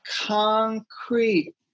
concrete